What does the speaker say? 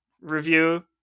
review